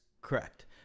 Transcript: correct